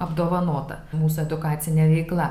apdovanota mūsų edukacinė veikla